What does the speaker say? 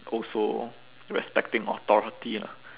also respecting authority lah